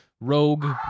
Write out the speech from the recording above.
rogue